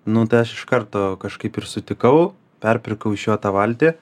nu tai aš iš karto kažkaip ir sutikau perpirkau iš jo tą valtį